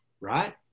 right